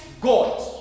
God